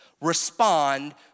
respond